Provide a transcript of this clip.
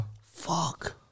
Fuck